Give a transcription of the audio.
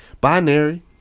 Binary